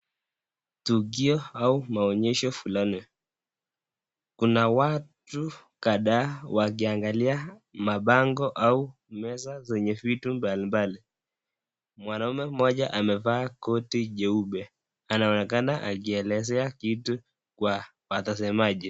Tukio au maonyesho fulani. Kuna watu kadhaa wakiangalia mabango au meza zenye vitu mbalimbali. Mwanaume mmoja amevaa koti jeupe, anaonekana akielezea kitu kwa, watasemaji.